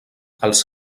els